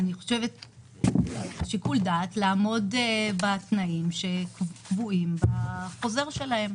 שיקול דעת לעמוד בתנאים שקבועים בחוזר שלהם.